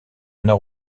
nord